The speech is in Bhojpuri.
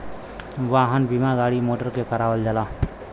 वाहन बीमा गाड़ी मोटर के करावल जाला